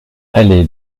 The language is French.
allée